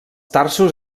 tarsos